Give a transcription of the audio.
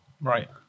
Right